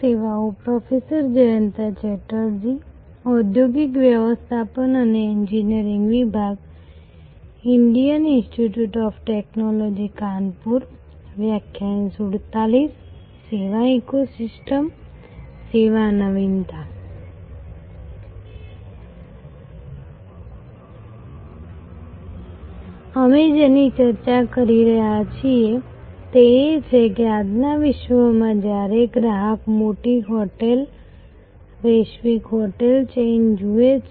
સેવા ઇકોસિસ્ટમ સેવા નવીનતા અમે જેની ચર્ચા કરી રહ્યા છીએ તે એ છે કે આજના વિશ્વમાં જ્યારે ગ્રાહક મોટી હોટેલ વૈશ્વિક હોટેલ ચેઇન જુએ છે